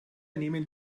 nehmen